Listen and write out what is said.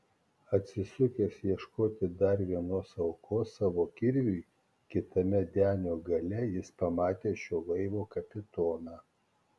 atsisukęs ieškoti dar vienos aukos savo kirviui kitame denio gale jis pamatė šio laivo kapitoną